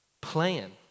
plan